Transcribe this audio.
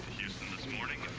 houston this morning.